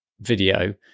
video